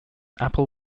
apple